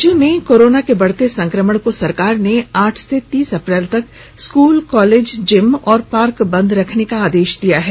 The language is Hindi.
राज्य में कोरोना के बढ़ते संक्रमण को सरकार ने आठ से तीस अप्रैल तक स्कूल कॉलेज जिम और पार्क बन्द रखने का आदेश दिया है